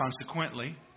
consequently